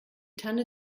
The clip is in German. tanne